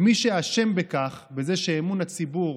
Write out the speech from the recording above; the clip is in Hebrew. מי שאשם בכך, בזה שאמון הציבור